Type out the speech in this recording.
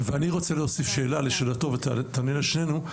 ואני רוצה להוסיף שאלה לשאלתו, ותענה לשנינו.